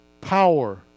power